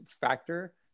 factor